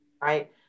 right